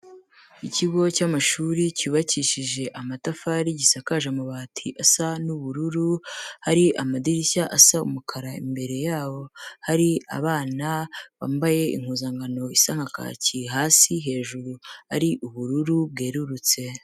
Ikigo cy'amashuri cyubakishije amatafari, gisakaje amabati asa n'ubururu, hari amadirishya asa umukara, imbere yabo hari abana bambaye impuzankano isa kaki hasi, hejuru ari ubururu bwerurutse.